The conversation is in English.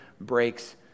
breaks